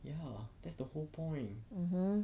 ya that's the whole point